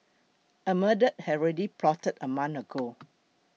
a murder had already plotted a month ago